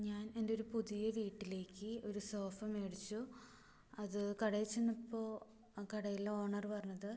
ഞാൻ എൻ്റെ ഒരു പുതിയ വീട്ടിലേക്ക് ഒരു സോഫ വേടിച്ചു അത് കടയിൽ ചെന്നപ്പോൾ ആ കടയിലെ ഓണറ് പറഞ്ഞത്